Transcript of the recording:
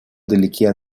далеки